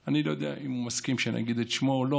אני לא יודע אם הוא מסכים שאני אגיד את שמו או לא,